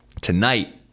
tonight